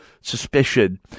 suspicion